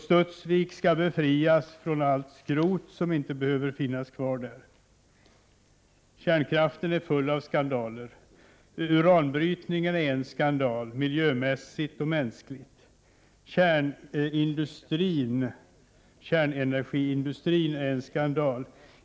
Studsvik skall befrias från allt skrot som inte behöver finnas kvar där. Kärnkraften är full av skandaler. Uranbrytningen är en skandal, miljömässigt och mänskligt. Kärnenergiindustrin är en annan skandal.